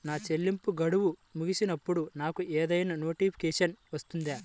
నా చెల్లింపు గడువు ముగిసినప్పుడు నాకు ఏదైనా నోటిఫికేషన్ వస్తుందా?